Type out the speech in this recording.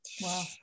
Wow